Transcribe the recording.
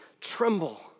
tremble